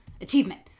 Achievement